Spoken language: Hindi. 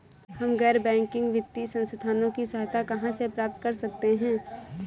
हम गैर बैंकिंग वित्तीय संस्थानों की सहायता कहाँ से प्राप्त कर सकते हैं?